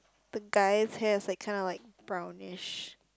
the guy's hair is like kinda like brownish